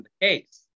case